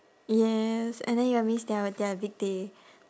yes and then you will miss their their big day